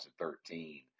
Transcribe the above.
2013